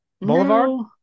Boulevard